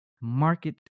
market